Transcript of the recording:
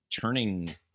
turning